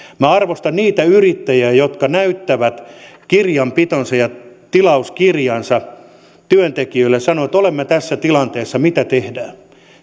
minä arvostan niitä yrittäjiä jotka näyttävät kirjanpitonsa ja tilauskirjansa työntekijöille ja sanovat olemme tässä tilanteessa mitä tehdään